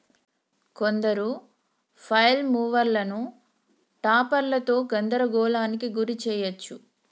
కొందరు ఫ్లైల్ మూవర్లను టాపర్లతో గందరగోళానికి గురి చేయచ్చు